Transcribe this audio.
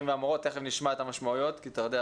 והמורות ותכף נשמע את המשמעויות כי אתה יודע,